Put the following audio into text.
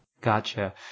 Gotcha